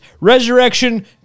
Resurrection